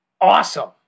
awesome